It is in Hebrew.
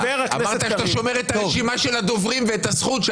אמרת שאתה שומר את הרשימה של הדוברים ואת הזכות,